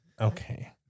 okay